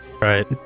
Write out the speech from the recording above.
Right